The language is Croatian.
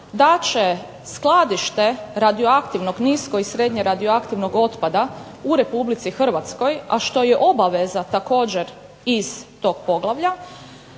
da će skladište radioaktivnog niskog i srednje radioaktivnog otpada u RH, a što je obaveza također iz tog poglavlja,